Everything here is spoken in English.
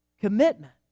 Commitment